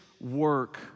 work